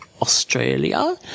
Australia